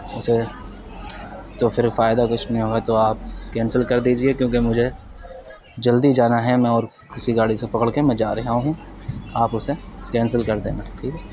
اسے تو پھر فائدہ کچھ نہیں ہوگا تو آپ کینسل کر دیجیے کیونکہ مجھے جلدی جانا ہے میں اور کسی گاڑی سے پکڑ کے میں جا رہا ہوں آپ اسے کینسل کر دینا ٹھیک ہے